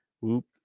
whoop